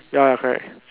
ya correct